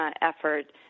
effort